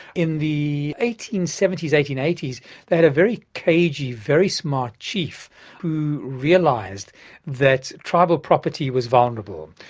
in the eighteen seventy s, eighteen eighty s they had a very cagey, very smart chief who realised that tribal property was vulnerable,